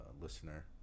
listener